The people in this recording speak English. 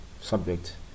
subject